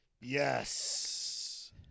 Yes